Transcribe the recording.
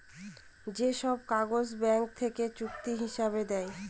যে সব কাগজ ব্যাঙ্ক থেকে চুক্তি হিসাবে দেয়